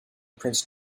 prince